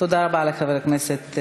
תודה רבה לחבר הכנסת,